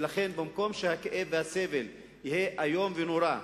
ולכן, במקום שהכאב והסבל יהיו איומים ונוראים,